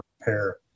prepare